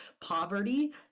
poverty